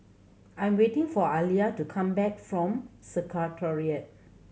I'm waiting for Aliya to come back from Secretariat